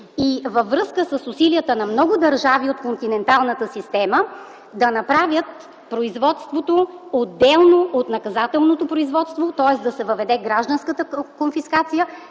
и във връзка с усилията на много държави от континенталната система - да направят производството отделно от наказателното производство, тоест да се въведе гражданската конфискация